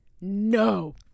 no